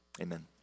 amen